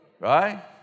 Right